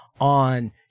on